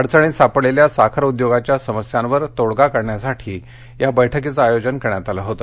अडचणीत सापडलेल्या साखर उद्योगाच्या समस्यांवर तोडगा काढण्यासाठी या बैठकीचं आयोजन करण्यात आलं होत